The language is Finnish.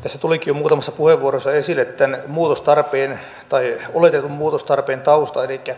tässä tulikin jo muutamassa puheenvuorossa esille tämän muutostarpeen tai oletetun muutostarpeen tausta elikkä